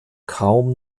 kaum